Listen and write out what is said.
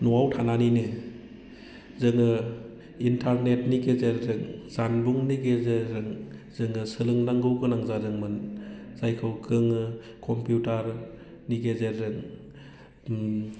न'आव थानानैनो जोङो इन्टारनेटनि गेजेरजों जानबुंनि गेजेरजों जोङो सोलोंनांगौ गोनां जादोंमोन जायखौ जोङो कम्पिउटारनि गेजेरजों